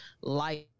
life